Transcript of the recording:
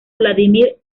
vladimir